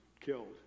killed